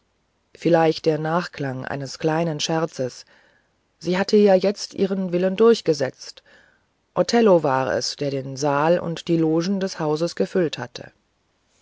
vielleicht der nachklang eines heiteren scherzes sie hatte ja jetzt ihren willen durchgesetzt othello war es der den saal und die logen des hauses gefüllt hatte